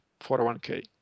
401k